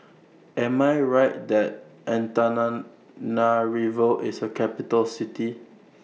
Am I Right that Antananarivo IS A Capital City